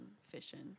fishing